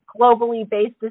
globally-based